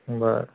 बरं